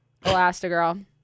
Elastigirl